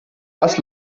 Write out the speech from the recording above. was